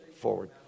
forward